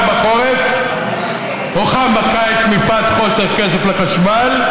בחורף או חם בקיץ מפאת חוסר כסף לחשמל,